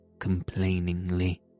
Complainingly